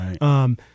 Right